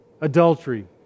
Adultery